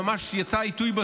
ממש יצא עיתוי,